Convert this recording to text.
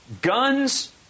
Guns